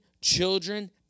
children